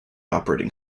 operating